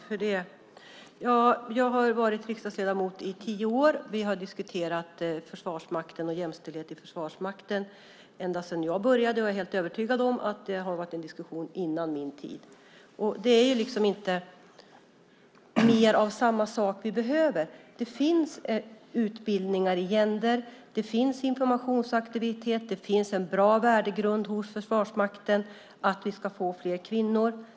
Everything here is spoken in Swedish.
Fru talman! Jag har varit riksdagsledamot i tio år. Vi har diskuterat Försvarsmakten och jämställdhet i Försvarsmakten ända sedan jag började, och jag är helt övertygad om att det har varit en diskussion före min tid. Det är inte mer av samma sak vi behöver. Det finns utbildningar i gender. Det finns informationsaktiviteter. Det finns en bra värdegrund hos Försvarsmakten att vi ska få fler kvinnor.